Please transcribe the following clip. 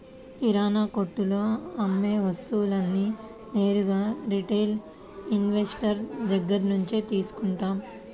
కిరణాకొట్టులో అమ్మే వస్తువులన్నీ నేరుగా రిటైల్ ఇన్వెస్టర్ దగ్గర్నుంచే తీసుకుంటాం